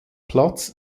platz